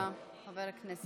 תודה רבה, חבר הכנסת ינון.